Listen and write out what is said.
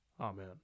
amen